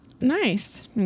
Nice